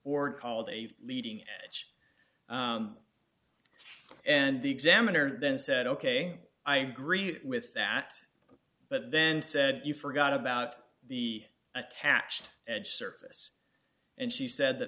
board called a leading edge and the examiner then said ok i agree with that but then said you forgot about the attached edge surface and she said that